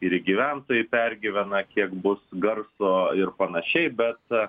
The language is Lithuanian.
ir gyventojai pergyvena kiek bus garso ir panašiai bet